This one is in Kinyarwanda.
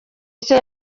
nshya